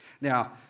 Now